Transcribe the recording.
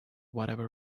whatever